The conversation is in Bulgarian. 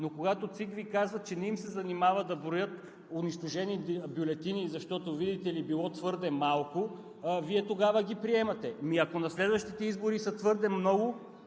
но когато ЦИК Ви казват, че не им се занимава да броят унищожени бюлетини, защото, видите ли, било твърде малко, Вие тогава ги приемате. Ако на следващите избори са твърде много?!